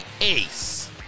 ace